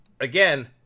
again